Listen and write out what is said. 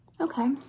okay